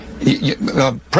President